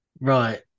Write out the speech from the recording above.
Right